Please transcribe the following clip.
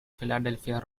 philadelphia